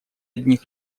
одних